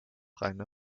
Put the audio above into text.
reine